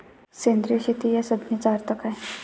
सेंद्रिय शेती या संज्ञेचा अर्थ काय?